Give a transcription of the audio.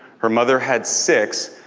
her mother had six,